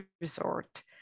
resort